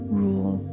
rule